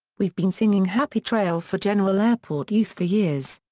we've been singing happy trails for general airport use for years.